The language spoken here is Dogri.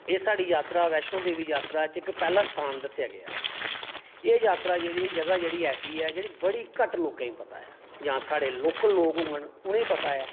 एह् साढ़ी यात्रा बैश्नो देवी यात्रा च इक पैह्ला स्थान दस्सेआ गेआ एह् यात्रा जेह्ड़ी जगह् जेह्ड़ी ऐसी ऐ जेह्ड़ी बड़ी घट्ट लोकें ई पता ऐ जां साढ़े लोकल लोक होङन उ'नें ई पता ऐ